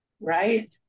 Right